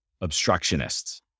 obstructionists